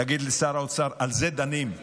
תגיד לשר האוצר: על זה דנים.